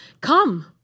come